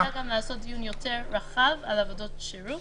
אני כן מציעה גם לעשות דיון יותר רחב על עבודות שירות.